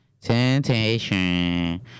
Temptation